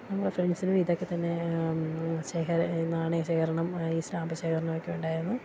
നമ്മുടെ ഫ്രണ്ട്സിനും ഇതൊക്കെത്തന്നെ ശേഖര നാണയ ശേഖരണം ഈ സ്റ്റാമ്പ് ശേഖരണം ഒക്കെ ഉണ്ടായിരുന്നു